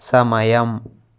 సమయం